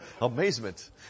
amazement